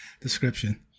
description